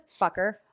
Fucker